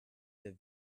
der